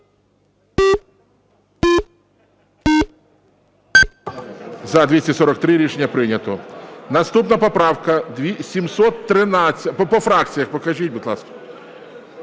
За-243 Рішення прийнято. Наступна поправка 713. По фракціях покажіть, будь ласка.